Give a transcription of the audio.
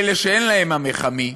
אלה שאין להם "עמך עמי",